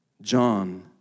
John